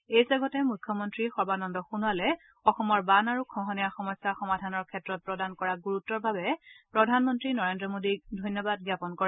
এই ছেগতে মুখ্যমন্ত্ৰী সৰ্বানন্দ সোণোৱালে অসমৰ বান আৰু খহনীয়া সমস্যা সমাধানৰ ক্ষেত্ৰত প্ৰদান কৰা গুৰুত্বৰ বাবে প্ৰধানমন্ত্ৰী নৰেন্দ্ৰ মোদীক ধন্যবাদ জ্ঞাপন কৰে